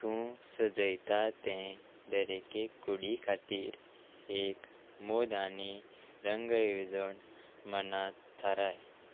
तूं सजयता ते दरेके कुडी खातीर एक मोद आनी रंग येवजण मनांत थाराय